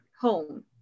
home